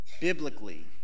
biblically